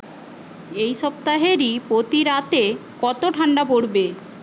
এই সপ্তাহেরই প্রতি রাতে কত ঠাণ্ডা পড়বে